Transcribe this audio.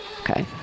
Okay